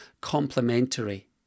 complementary